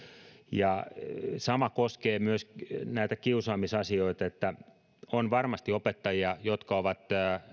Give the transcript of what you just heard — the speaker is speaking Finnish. sama koskee myös kiusaamisasioita eli on varmasti opettajia jotka ovat